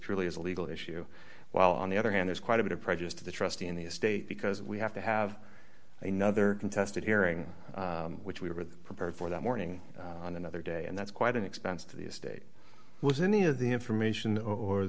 purely as a legal issue while on the other hand there's quite a bit of prejudice to the trustee in the estate because we have to have another contested hearing which we were prepared for that morning on another day and that's quite an expense to the estate was any of the information or